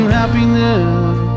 happiness